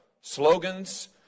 slogans